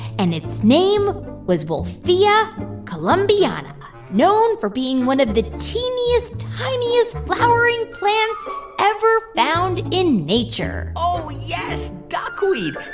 and its name was wolffia columbiana, known for being one of the teeniest, tiniest flowering plants ever found in nature oh, yes, duckweed.